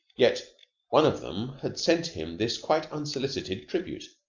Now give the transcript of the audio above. yet one of them had sent him this quite unsolicited tribute.